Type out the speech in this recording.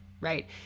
Right